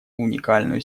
уникальную